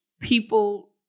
people